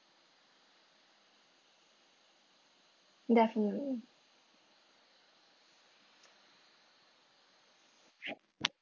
definitely